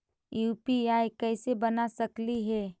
UPI कैसे बना सकली हे?